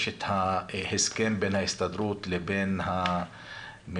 יש את ההסכם בין ההסתדרות לבין הממשלה